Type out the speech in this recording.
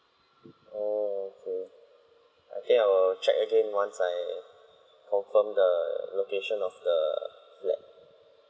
okay I think I will check again once I confirm the location of the flat